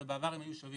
אבל בעבר הם היו שווים,